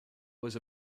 was